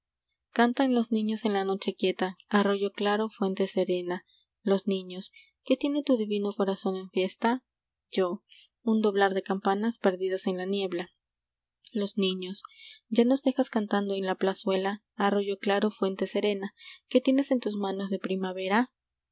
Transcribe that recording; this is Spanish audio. an los niños en la noche quieta arroyo claro fuente serena los niños qué tiene tu divino corazón en fiesta yo un doblar de campanas perdidas en la niebla los niños ya nos dejas cantando en la plazuela arroyo claro fuente serena qué tienes en tus manos de primavera